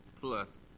plus